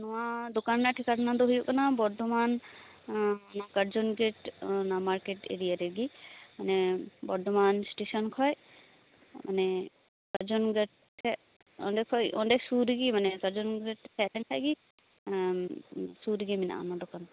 ᱱᱚᱣᱟ ᱫᱚᱠᱟᱱ ᱱᱟᱜ ᱴᱷᱤᱠᱟ ᱱᱟ ᱫᱚ ᱦᱩᱭᱩᱜ ᱠᱟᱱᱟ ᱵᱚᱨᱫᱷᱚᱢᱟᱱ ᱚᱱᱟ ᱠᱟᱨᱡᱚᱱ ᱜᱮᱴ ᱚᱱᱟ ᱢᱟᱨᱠᱮᱴ ᱮᱨᱤᱭᱟ ᱨᱮᱜᱮ ᱢᱟᱱᱮ ᱵᱚᱨᱫᱷᱚᱢᱟᱱ ᱮᱥᱴᱮᱥᱚᱱ ᱠᱷᱚᱡ ᱢᱟᱱᱮ ᱠᱟᱨᱡᱚᱱ ᱜᱮᱴ ᱴᱷᱮᱡ ᱚᱸᱰᱮ ᱠᱷᱚᱡ ᱚᱸᱰᱮ ᱥᱩᱨ ᱨᱮᱜᱮ ᱢᱟᱱᱮ ᱠᱚᱨᱡᱚᱱ ᱜᱮᱴ ᱦᱮᱡ ᱞᱮᱱ ᱠᱷᱟᱱ ᱜᱮ ᱮᱢ ᱥᱩᱨ ᱨᱮᱜᱮ ᱢᱮᱱᱟᱜᱼᱟ ᱱᱚᱰᱮ ᱠᱷᱚᱱ